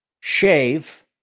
shave